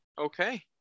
Okay